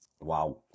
Wow